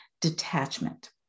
detachment